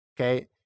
Okay